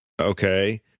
Okay